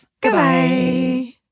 Goodbye